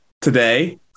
today